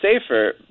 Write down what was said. safer